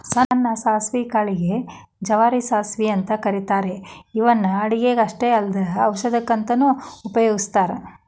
ಸಣ್ಣ ಸಾಸವಿ ಕಾಳಿಗೆ ಗೆ ಜವಾರಿ ಸಾಸವಿ ಅಂತ ಕರೇತಾರ ಇವನ್ನ ಅಡುಗಿಗೆ ಅಷ್ಟ ಅಲ್ಲದ ಔಷಧಕ್ಕಂತನು ಉಪಯೋಗಸ್ತಾರ